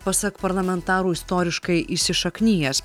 pasak parlamentarų istoriškai įsišaknijęs